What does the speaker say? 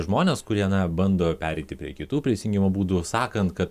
žmones kurie na bando pereiti prie kitų prisijungimo būdų sakant kad